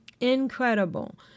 incredible